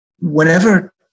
whenever